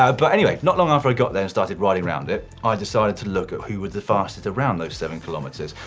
but anyway, not long after i got there, and started riding round it, i decided to look at who were the fastest around those seven kilometers,